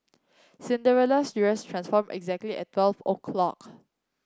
Cinderella's dress transformed exactly at twelve o' clock